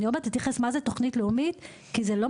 עוד מעט אני אתייחס מה היא התוכנית הלאומית,